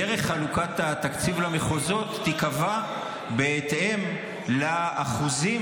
דרך חלוקת התקציב למחוזות תיקבע בהתאם לאחוזים